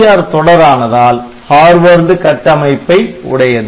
AVR தொடர் ஆனதால் Harvard கட்டமைப்பை உடையது